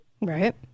Right